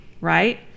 Right